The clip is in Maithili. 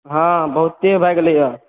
हँ बहुते भऽ गेलैह हे